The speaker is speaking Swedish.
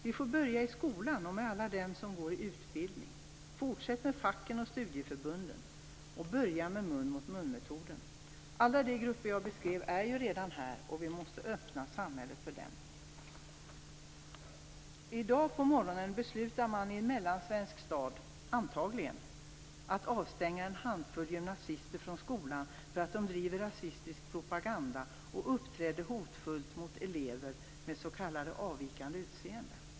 Vi får börja med mun-motmun-metoden i skolan och med alla dem som går i utbildning och sedan fortsätta i facken och studieförbunden. Alla de grupper som jag beskrivit finns ju redan här, och vi måste öppna samhället för dem. I dag på morgonen beslutar man i en mellansvensk stad antagligen att avstänga en handfull gymnasister från skolan för att de driver rasistisk propaganda och uppträder hotfullt mot elever med s.k. avvikande utseende.